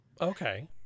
Okay